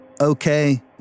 Okay